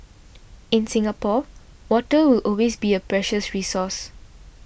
in Singapore water will always be a precious resource